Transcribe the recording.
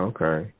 Okay